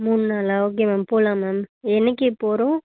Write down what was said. மூணு நாளா okay ma'am போகலாம் மேம் என்னைக்கு போகிறோம்